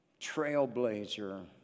trailblazer